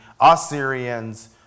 Assyrians